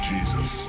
Jesus